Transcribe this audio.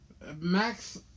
Max